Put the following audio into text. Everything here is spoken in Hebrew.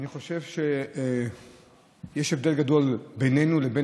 אני חושב שיש הבדל גדול בינינו לבין